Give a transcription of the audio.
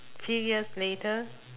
few years later